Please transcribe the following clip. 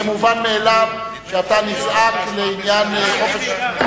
זה מובן מאליו שאתה נזעק לעניין חופש הפולחן.